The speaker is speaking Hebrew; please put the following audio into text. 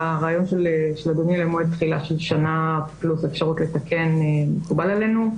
הרעיון של אדוני למועד תחילה של שנה פלוס אפשרות לתקן מקובל עלינו.